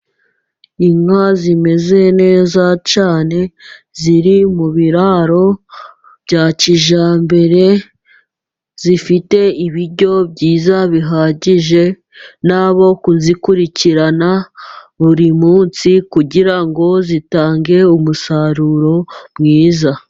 Inka zimeze neza cyane ziri mu biraro bya kijyambere. Zifite ibiryo byiza bihagije n'abo kuzikurikirana buri munsi, kugira ngo zitange umusaruro mwiza.